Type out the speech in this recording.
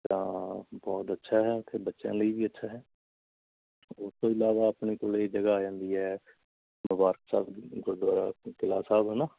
ਤਾਂ ਬਹੁਤ ਅੱਛਾ ਹੈ ਅਤੇ ਬੱਚਿਆਂ ਲਈ ਵੀ ਅੱਛਾ ਹੈ ਉਸ ਤੋਂ ਇਲਾਵਾ ਆਪਣੇ ਕੋਲ ਜਗ੍ਹਾ ਆ ਜਾਂਦੀ ਹੈ ਮੁਬਾਰਕ ਸਾਹਿਬ ਗੁਰਦੁਆਰਾ ਕਿਲ੍ਹਾ ਸਾਹਿਬ ਹੈ ਨਾ